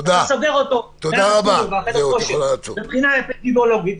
מבחינה אפידמיולוגית,